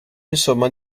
insomma